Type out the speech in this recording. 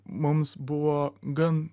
mums buvo gan